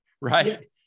right